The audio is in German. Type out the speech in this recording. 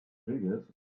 krieges